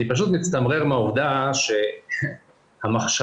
אני פשוט מצטמרר מהעובדה, מהמחשבה